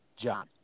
John